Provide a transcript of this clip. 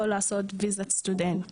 או לעשות וויזת סטודנט